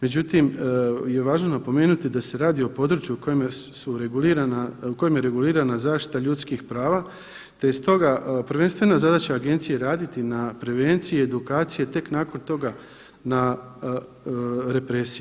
Međutim je važno napomenuti da se radi o području o kojem su regulirana u kojem je regulirana zaštita ljudskih prava te iz toga prvenstvena zadaća agenciji je raditi na prevenciji i edukaciji tek nakon toga na represiji.